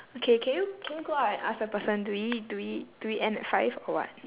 okay can you can you go out and ask the person do we do we do we end at five or what